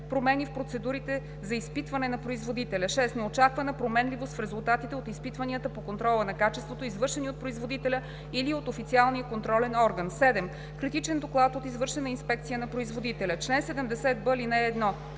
промени в процедурите за изпитване на производителя; 6. неочаквана променливост в резултатите от изпитванията по контрола на качеството, извършени от производителя или от официалния контролен орган; 7. критичен доклад от извършена инспекция на производителя. Чл. 70б.